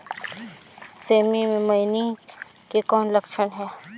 सेमी मे मईनी के कौन लक्षण हे?